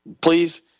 please